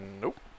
Nope